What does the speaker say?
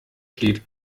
steht